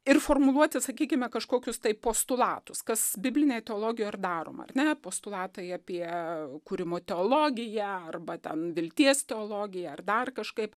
ir formuluotes sakykime kažkokius tai postulatus kas biblinėj teologijoj ir daroma ar ne postulatai apie kūrimo teologiją arba ten vilties teologiją ar dar kažkaip